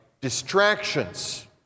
distractions